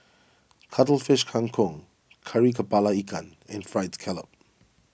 Cuttlefish Kang Kong Kari Kepala Ikan and Fried Scallop